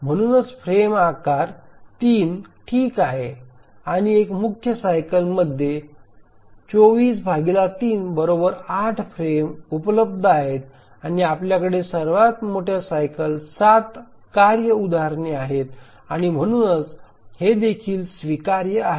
म्हणूनच फ्रेम आकार 3 ठीक आहे आणि एका मुख्य सायकल मध्ये 243 8 फ्रेम उपलब्ध आहेत आणि आपल्याकडे मोठ्या सायकल 7 कार्य उदाहरणे आहेत आणि म्हणूनच हे देखील स्वीकार्य आहे